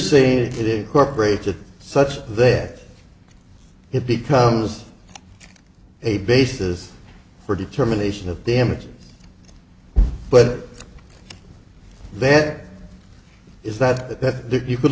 saying it incorporated such that it becomes a basis for determination of damage but that is that that if you could